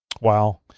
Wow